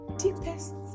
deepest